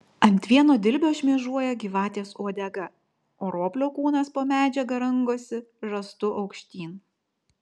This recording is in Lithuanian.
ant vieno dilbio šmėžuoja gyvatės uodega o roplio kūnas po medžiaga rangosi žastu aukštyn